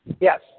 Yes